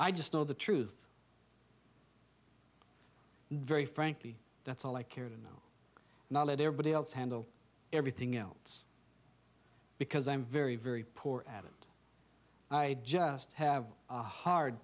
i just know the truth very frankly that's all i care to know knowledge everybody else handle everything else because i'm very very poor at it i just have a hard